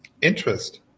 interest